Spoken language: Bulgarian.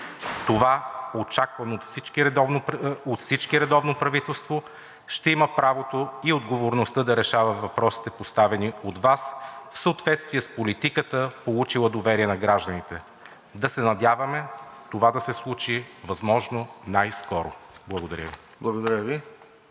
Това очаквано от всички редовно правителство ще има правото и отговорността да решава въпросите, поставени от Вас, в съответствие с политиката, получила доверие на гражданите. Да се надяваме това да се случи възможно най-скоро. Благодаря Ви.